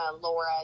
Laura